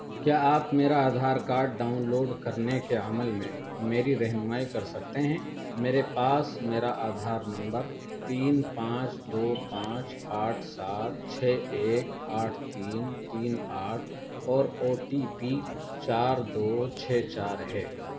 کیا آپ میرا آدھار کاڈ ڈاؤنلوڈ کرنے کے عمل میں میری رہنمائی کر سکتے ہیں میرے پاس میرا آدھار نمبر تین پانچ دو پانچ آٹھ سات چھ ایک آٹھ تین تین آٹھ اور او ٹی پی چار دو چھ چار ہے